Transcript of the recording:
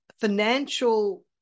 financial